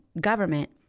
government